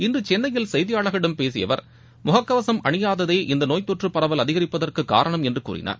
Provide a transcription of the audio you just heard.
இன்று சென்னையில் செய்தியாளர்களிடம் பேசிய அவர் முகக்கவசும் அனியாததே இந்த நோய் தொற்றுப் பரவல் அதிகரிப்பதற்கு காரணம் என்று கூறினார்